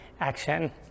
action